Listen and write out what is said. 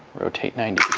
rotate ninety